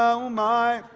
oh my,